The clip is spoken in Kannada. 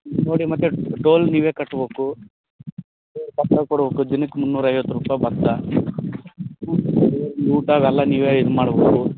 ನೋಡಿ ಮತ್ತೆ ಟೋಲ್ ನೀವೆ ಕಟ್ಬೇಕು ದಿನಕ್ಕೆ ಮೂನ್ನೂರು ಐವತ್ತು ರೂಪಾಯಿ ಬತ್ತ ಊಟ ಅವೆಲ್ಲ ನೀವೇ ಇದು ಮಾಡ್ಬೇಕು